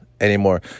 anymore